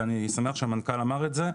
ואני שמח שהמנכ"ל אמר את זה,